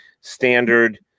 standard